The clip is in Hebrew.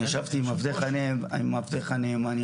אני ישבתי עם עבדך הנאמן,